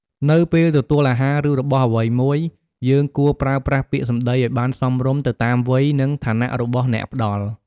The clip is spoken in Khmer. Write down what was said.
នៅពេលទទួលអាហារ ឬរបស់អ្វីមួយ យើងគួរប្រើប្រាស់ពាក្យសម្ដីឲ្យបានសមរម្យទៅតាមវ័យ និងឋានៈរបស់អ្នកផ្ដល់។